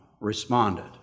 responded